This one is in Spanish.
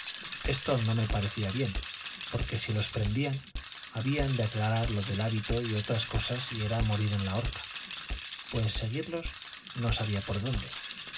esto no me parecía bien porque si los prendían habían de aclarar lo del hábito y otras cosas y era morir en la horca pues seguirlos no sabía por dónde